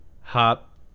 Hop